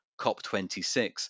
COP26